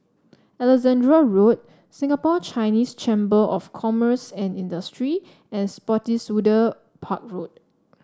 Alexandra Road Singapore Chinese Chamber of Commerce and Industry and Spottiswoode Park Road